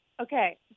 Okay